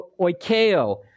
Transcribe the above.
oikeo